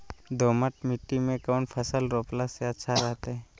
दोमट मिट्टी में कौन फसल रोपला से अच्छा रहतय?